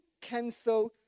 cancel